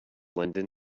london